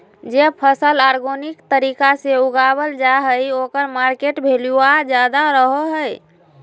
जे फसल ऑर्गेनिक तरीका से उगावल जा हइ ओकर मार्केट वैल्यूआ ज्यादा रहो हइ